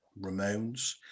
Ramones